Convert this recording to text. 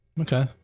Okay